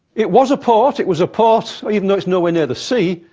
it was a port. it was a port, even though it's nowhere near the sea.